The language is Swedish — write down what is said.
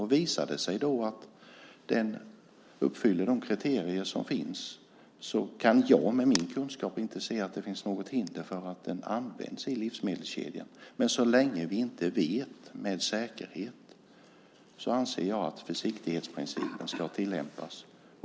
Om det visar sig att växten uppfyller kriterierna kan jag, med min kunskap, inte se att det finns något hinder för att den används i livsmedelskedjan. Men så länge vi inte vet med säkerhet anser jag att försiktighetsprincipen ska tillämpas.